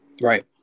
Right